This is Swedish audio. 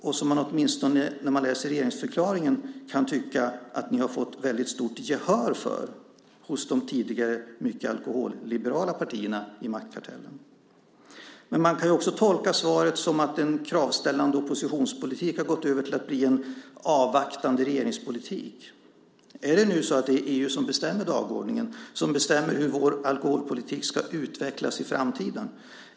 Och åtminstone när man läser regeringsförklaringen kan man tycka att ni har fått väldigt stort gehör för den politiken hos de tidigare mycket alkoholliberala partierna i maktkartellen. Men man kan också tolka svaret som att en kravställande oppositionspolitik har gått över till att bli en avvaktande regeringspolitik. Är det nu EU som bestämmer dagordningen, som bestämmer hur vår alkoholpolitik ska utvecklas i framtiden?